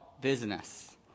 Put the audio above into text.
business